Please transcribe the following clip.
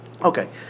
Okay